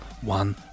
one